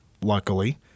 luckily